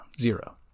Zero